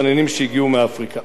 שנכנסו שלא כחוק,